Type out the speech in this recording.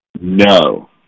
No